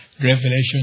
Revelation